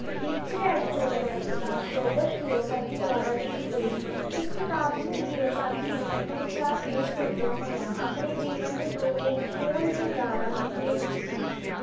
rich dad poor dad ਕਿਤਾਬ Robert Kiyosaki ਦੁਆਰਾ ਲਿਖੀ ਗਈ ਹੈ ਇਸ ਕਿਤਾਬ ਵਿੱਚ ਕਿਯੋਸਾਕੀ ਨੇ ਆਪਣੇ ਵਿਚਾਰ ਪੇਸ਼ ਕਰਦਿਆਂ ਹੋਇਆਂ ਆਪਣੇ ਜੀਵਨ ਦੇ ਦੋ ਮੂਲ ਕਿਰਦਾਰਾਂ ਨੂੰ ਪੇਸ਼ ਕੀਤਾ ਹੈ